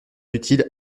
utiles